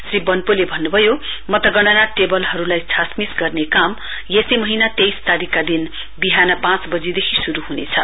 श्री बन्पोले भन्नुभयो मतगणना टेबलहरूलाई छासमिस गर्ने काम यसै महीना तेइस तारीकका दिन विहान पाँच बजीदेखि शुरू हुनेछ